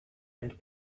and